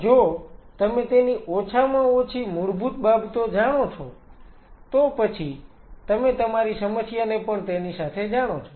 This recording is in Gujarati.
જો તમે તેની ઓછામાં ઓછી મૂળભૂત બાબતો જાણો છો તો પછી તમે તમારી સમસ્યાને પણ તેની સાથે જાણો છો